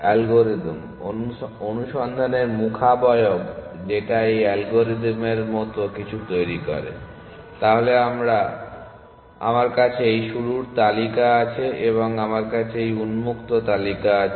algorithm অনুসন্ধানের মুখাবয়ব যেটা এই অ্যালগরিদম এর মত কিছু তৈরি করে তাহলে আমার কাছে এই শুরুর তালিকা আছে এবং আমার কাছে এই উন্মুক্ত তালিকা আছে